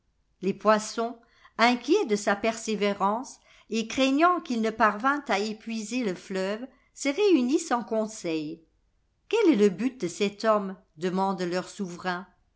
les poissons inquiets de sa persévérance et craignant qu'il ne parvînt à épuiser le fleuve se réunissent en conseil quel est le but de cet homme demande leur souverain